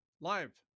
live